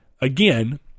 again